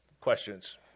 questions